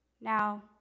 Now